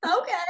Okay